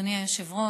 אדוני היושב-ראש,